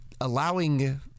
Allowing